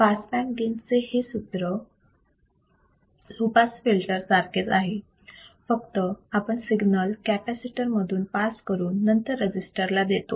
pass band gain चे सूत्र हे लो पास फिल्टर सारखेच आहे फक्त इथे आपण सिग्नल कॅपॅसिटर मधून पास करून नंतर रजिस्टर ला देतो